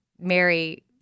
Mary